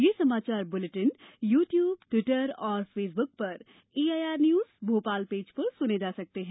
ये समाचार bulletin YouTube Twitter और फेसबुक पर एआईआर न्यूज भोपाल पेज पर सुने जा सकते हैं